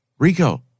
Rico